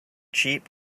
cheap